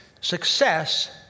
success